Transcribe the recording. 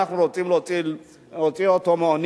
להוציא אותו מהעוני,